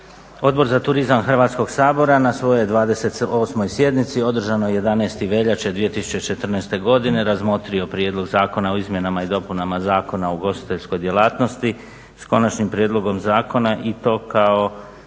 Odbor za turizam Hrvatskog sabora na svojoj 28. sjednici održanoj 11. veljače 2014. godine razmotrio Prijedlog zakona o izmjenama i dopunama Zakona o ugostiteljskoj djelatnosti s konačnim prijedlogom zakona i to kao